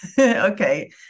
okay